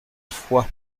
foix